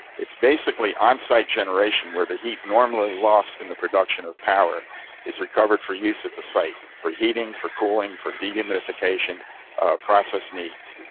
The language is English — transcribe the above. it's basically on-site generation where the heat normally lost in the production of power is recovered for use of the site for heating, for cooling, for dehumidification process needs.